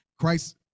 Christ